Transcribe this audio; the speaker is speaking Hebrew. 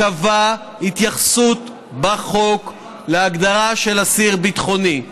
קבע התייחסות בחוק להגדרה של אסיר ביטחוני,